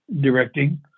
directing